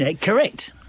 Correct